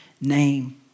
name